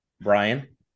Brian